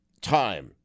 time